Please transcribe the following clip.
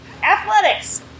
Athletics